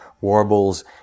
warbles